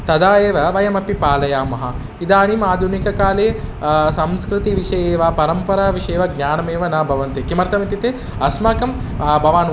तदा एव वयमपि पालयामः इदानीमाधुनिककाले संस्कृतिविषये वा परम्पराविषये वा ज्ञानमेव न भवति किमर्थमित्युक्ते अस्माकं भवान् उ